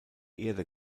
erde